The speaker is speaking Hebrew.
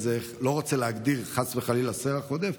לא רוצה להגדיר חס וחלילה סרח עודף,